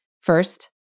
First